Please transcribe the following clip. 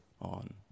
on